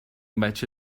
بچه